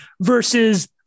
versus